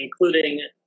including